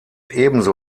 ebenso